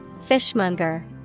Fishmonger